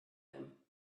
them